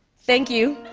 thank you,